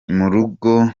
murugo